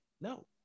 No